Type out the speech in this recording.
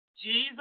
Jesus